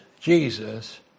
Jesus